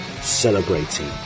celebrating